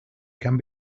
can